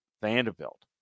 Vanderbilt